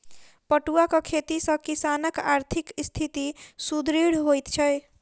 पटुआक खेती सॅ किसानकआर्थिक स्थिति सुदृढ़ होइत छै